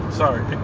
sorry